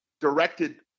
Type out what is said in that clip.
directed